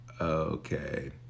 Okay